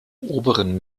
oberen